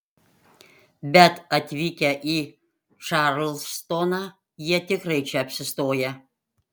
bet atvykę į čarlstoną jie tikrai čia apsistoja